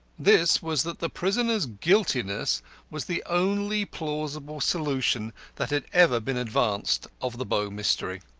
this was that the prisoner's guiltiness was the only plausible solution that had ever been advanced of the bow mystery.